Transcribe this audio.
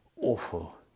Awful